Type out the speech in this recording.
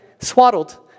swaddled